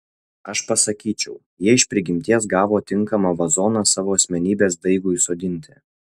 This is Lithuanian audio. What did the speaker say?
aš pasakyčiau jie iš prigimties gavo tinkamą vazoną savo asmenybės daigui sodinti